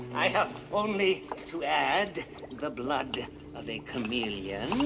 i have only to add the blood of a chameleon.